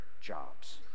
jobs